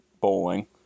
bowling